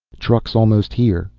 trucks almost here.